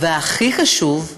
והכי חשוב,